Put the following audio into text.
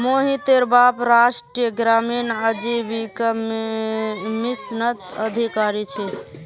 मोहितेर बाप राष्ट्रीय ग्रामीण आजीविका मिशनत अधिकारी छे